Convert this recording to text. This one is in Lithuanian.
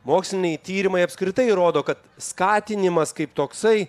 moksliniai tyrimai apskritai rodo kad skatinimas kaip toksai